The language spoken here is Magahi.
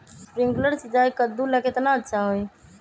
स्प्रिंकलर सिंचाई कददु ला केतना अच्छा होई?